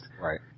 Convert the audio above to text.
Right